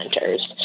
centers